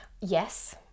Yes